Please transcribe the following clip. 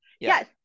Yes